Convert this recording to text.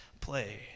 play